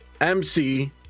MC